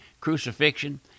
crucifixion